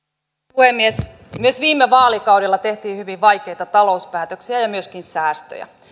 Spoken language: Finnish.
puhemies myös viime vaalikaudella tehtiin hyvin vaikeita talouspäätöksiä ja ja myöskin säästöjä